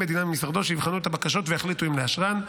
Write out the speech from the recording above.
מדינה ממשרדו שיבחנו את הבקשות ויחליטו אם לאשרן.